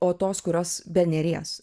o tos kurios be neries